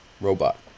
robot